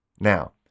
Now